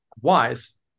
Wise